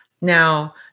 Now